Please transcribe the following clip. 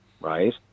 right